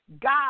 God